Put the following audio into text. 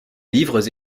livres